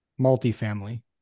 multifamily